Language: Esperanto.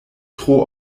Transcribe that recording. tro